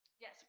yes